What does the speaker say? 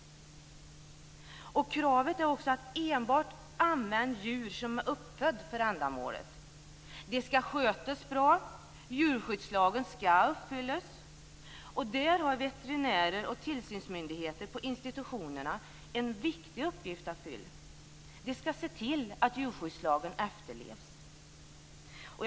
Kravet är också att enbart använda djur som är uppfödda för ändamålet, att de skall skötas bra och att djurskyddslagen skall uppfyllas. Där har veterinärer och tillsynsmyndigheter på institutionerna en viktig uppgift att fylla. De skall se till att djurskyddslagen efterlevs.